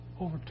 over